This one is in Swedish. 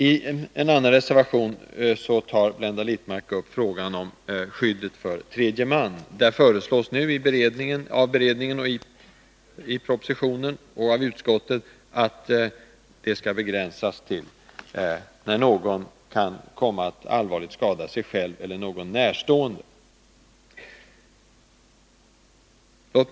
I en annan reservation tar Blenda Littmarck upp frågan om skyddet för tredje man. Där föreslås av beredningen och i propositionen, liksom av utskottet, att det skall begränsas till de fall när någon kan komma att allvarligt skada sig själv eller någon närstående.